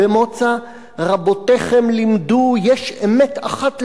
במוצא: "רבותיכם לימדו: יש אמת אחת לאומות: